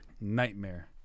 Nightmare